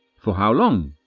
for how long?